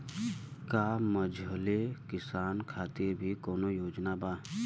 का मझोले किसान खातिर भी कौनो योजना बा?